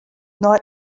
nei